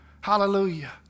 Hallelujah